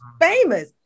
famous